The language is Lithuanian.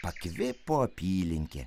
pakvipo apylinkė